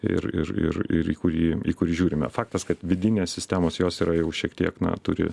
ir ir ir ir į kurį į kurį žiūrime faktas kad vidinės sistemos jos yra jau šiek tiek na turi